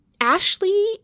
Ashley